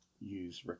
use